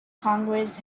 congress